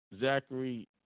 Zachary